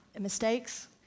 mistakes